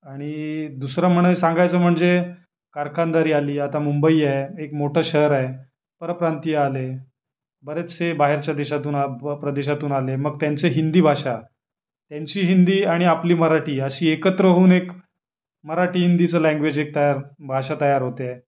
आणि दुसरं म्हणा सांगायचं म्हणजे कारखानदरी आली आता मुंबई आहे एक मोठं शहर आहे परप्रांतीय आले बरेचसे बाहेरच्या देशातून प प्रदेशातून आले मग त्यांचं हिंदी भाषा त्यांची हिंदी आणि आपली मराठी अशी एकत्र होऊन एक मराठी हिंदीचं लँगवेज एक तयार भाषा तयार होते